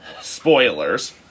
Spoilers